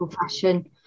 fashion